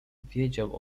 wiedział